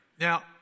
Now